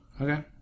Okay